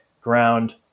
ground